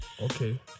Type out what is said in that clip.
Okay